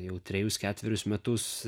jau trejus ketverius metus